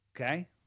Okay